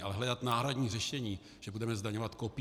Ale hledat náhradní řešení, že budeme zdaňovat kopírky?